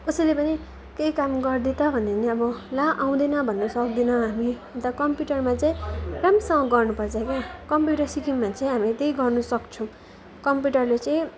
कसैले पनि केही काम गरिदे त भन्यो भने अब ला आउँदैन भन्नु सक्दैनौँ हामी अन्त कम्प्युटरमा चाहिँ राम्रोसँग गर्नुपर्छ क्या कम्प्युटर सिक्यौँ भने चाहिँ हामी त्यही गर्नु सक्छौँ कम्प्युटरले चाहिँ